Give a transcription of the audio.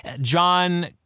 John